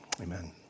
Amen